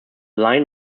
line